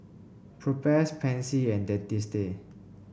Propass Pansy and Dentiste